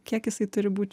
kiek jisai turi būt